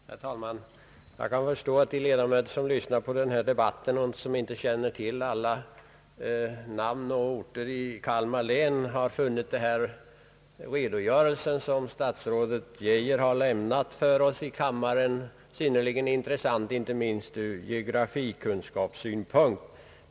Herr talman! Jag kan förstå att de ledamöter som lyssnar till den här de batten och som inte känner till alla namn och orter i Kalmar län har funnit statsrådet Geijers redogörelse synnerligen intressant, inte minst ur geografikunskapssynpunkt.